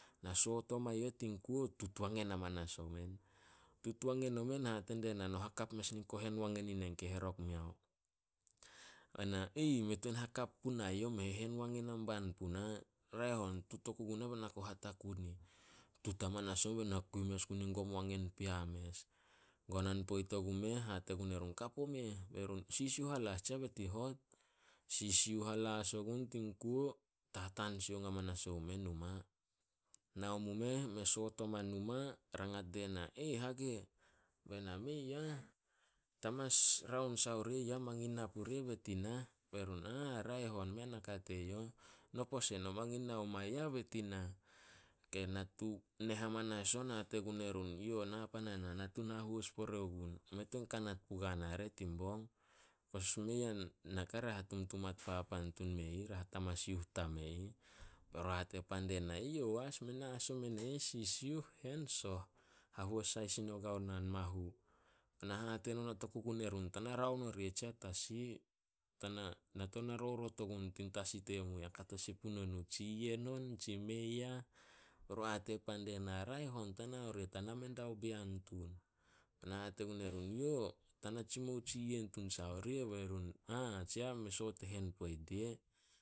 Na soot oma yu eh tin kuo, tun wangen amanas omen. Tut wangen omen, hate die na, "No tut hakap mes nin kohen wangen i nen ke herok meo." Bai na, "Mei tuan hakap punai youh, mei hehen wangen haban puna. Raeh on tut oku guna be na ku hatakun ih." Tut amanas ogun be na kui mes gun in gom pea mes. Gonan poit ogumeh, hate gue run, "Kap omeh." Be run, "Sisiuh halas tsiah be nit i hot." Sisiuh halas ogun tin kuo, tataan sioung amanas omu meh numa. Nao mu meh me soot oma numa rangat die na, "Hage?" Be na, "Mei ah, ta mas raon sai oria ya mangin na puria be nit i nah." Be run, "Raeh on, mei a naka teyouh, no pose mangin nao ma yah be nit i nah." Natu neh amanas on, hate gun erun, "Yo na pan a nah na tun hahois pore ogun, mei tuan kanat pugua na re tin bong. Mei a naka ra hatumtumat tu me ih ra hatamasiuh ta me ih. Ba run hate pan die na, "Eyouh as, men na as e ih, sisiuh hen soh. Hahois sai sin o gao naan mahu." Be na hate nonot oku gue run, "Tana raon hanon oria tsiah tasi. Na tou na rorot ogun tin tasi temu. Ya kato sin puno nuh, tsi yen on tsi mei ah." Be run hate pan die na, "Raeh on, ta nao ria, ta name diao bian tun." Be na hate gun erun, "Yo tana tsimou tsi yen tun sai oria." Be run "Me soot e hen poit dia."